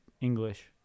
English